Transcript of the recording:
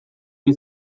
ohi